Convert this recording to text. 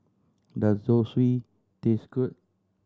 does Zosui taste good